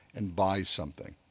and buys something